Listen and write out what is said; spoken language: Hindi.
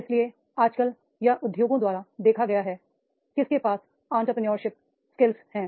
इसलिए आजकल यह उद्योगों द्वारा देखा गया है किसके पास एंटरप्रेन्योरशिप स्किल हैं